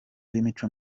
b’imico